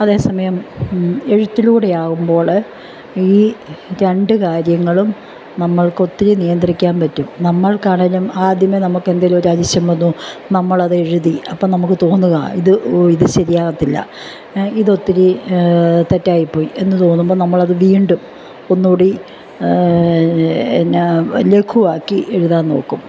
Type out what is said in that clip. അതേ സമയം എഴുത്തിലൂടെ ആകുമ്പോൾ ഈ രണ്ട് കാര്യങ്ങളും നമ്മൾക്ക് ഒത്തിരി നിയന്ത്രിക്കാൻ പറ്റും നമ്മൾക്ക് ആണെങ്കിലും ആദ്യമേ നമുക്ക് എന്തെങ്കിലും ഒരു ആശയം വന്നു നമ്മൾ അത് എഴുതി അപ്പം നമുക്ക് തോന്നുക ഇത് ഇത് ശരിയാകത്തില്ല ഇത് ഒത്തിരി തെറ്റായിപ്പോയി എന്ന് തോന്നുമ്പോൾ നമ്മൾ അത് വീണ്ടും ഒന്നുകൂടി ലഘുവാക്കി എഴുതാൻ നോക്കും